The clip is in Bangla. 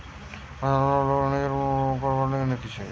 পারসনাল লোন লোকরা নিজের কোন কাজ করবার লিগে নিতেছে